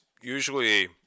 usually